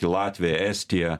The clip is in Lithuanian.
į latviją estiją